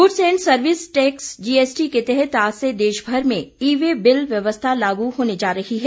goods and services tax GST के तहत आज से देशमर में ई वे बिल व्यवस्था लागू होने जा रही है